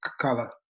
color